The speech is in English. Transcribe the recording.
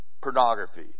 pornography